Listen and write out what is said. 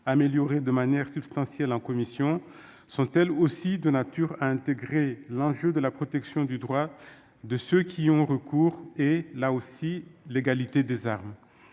améliorées de manière substantielle en commission, sont elles aussi de nature à intégrer l'enjeu de la protection des droits de ceux qui y ont recours et, là aussi, à offrir l'égalité des armes.